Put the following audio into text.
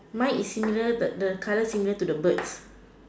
my is similar the the colour similar to the birds